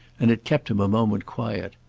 and it kept him a moment quiet.